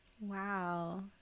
Wow